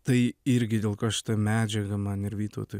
tai irgi dėl ko šita medžiaga man ir vytautui